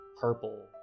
purple